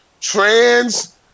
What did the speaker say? trans